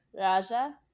Raja